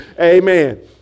Amen